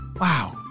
wow